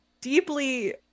deeply